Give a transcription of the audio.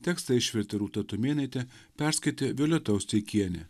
tekstą išvertė rūta tumėnaitė perskaitė violeta osteikienė